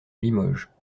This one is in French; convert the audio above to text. limoges